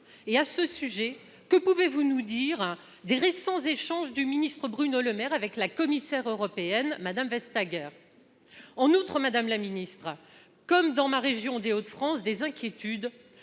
À ce sujet, que pouvez-vous nous dire des récents échanges du ministre Bruno Le Maire avec la commissaire européenne, Mme Vestager ? En outre, comme dans ma région des Hauts-de-France, des inquiétudes